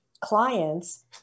clients